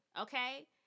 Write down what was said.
Okay